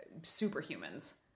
superhumans